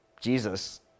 Jesus